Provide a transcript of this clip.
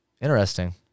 Interesting